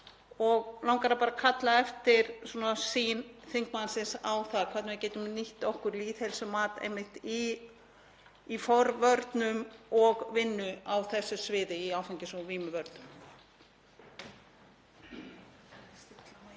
Mig langar að kalla eftir sýn þingmannsins á það hvernig við getum nýtt okkur lýðheilsumat einmitt í forvörnum og vinnu á þessu sviði, áfengis- og vímuvörnum.